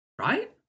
Right